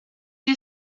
you